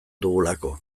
dugulako